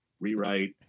rewrite